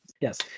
Yes